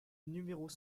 numéros